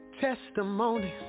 Testimonies